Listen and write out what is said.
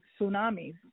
tsunamis